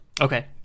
Okay